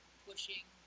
pushing